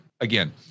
again